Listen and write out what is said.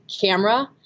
camera